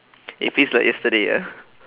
it feels like yesterday ah